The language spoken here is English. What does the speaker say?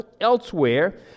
elsewhere